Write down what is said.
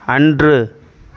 அன்று